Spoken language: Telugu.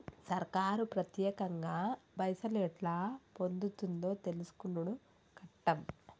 సర్కారు పత్యేకంగా పైసలు ఎట్లా పొందుతుందో తెలుసుకునుడు కట్టం